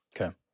Okay